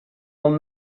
will